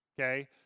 okay